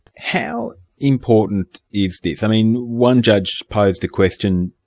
how important is this? i mean one judge posed a question,